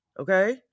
Okay